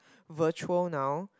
virtual now